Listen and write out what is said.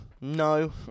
no